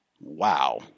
wow